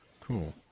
Cool